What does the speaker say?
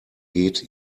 geht